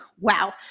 Wow